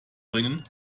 bringen